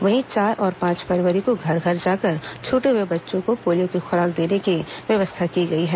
वहीं चार और पांच फरवरी को घर घर जाकर छूटे हए बच्चों को पोलियो की खुराक देने की व्यवस्था की गई है